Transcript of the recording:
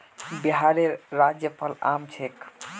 बिहारेर राज्य फल आम छिके